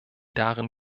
darin